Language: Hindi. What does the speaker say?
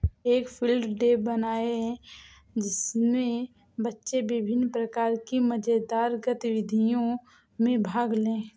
एक फील्ड डे बनाएं जिसमें बच्चे विभिन्न प्रकार की मजेदार गतिविधियों में भाग लें